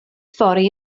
fory